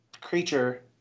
creature